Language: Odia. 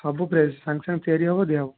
ସବୁ ଫ୍ରେସ ସାଙ୍ଗେ ସାଙ୍ଗେ ତିଆରି ହେବ ଦିଆହେବ